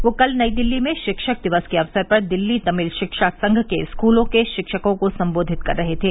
वे कल नई दिल्ली में शिक्षक दिवस के अवसर पर दिल्ली तमिल शिक्षा संघ के स्कूलों के शिक्षकों को संबोधित कर रहे थे